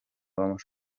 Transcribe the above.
vamos